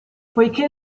poiché